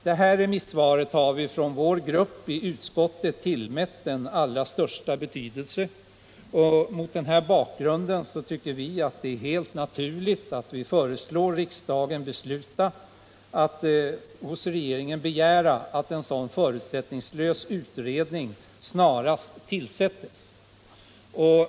Det här remissvaret har vi i vår grupp i utskottet tillmätt den allra största betydelse, och vi finner det helt naturligt att föreslå riksdagen att hos regeringen begära att en förutsättningslös utredning snarast tillsätts.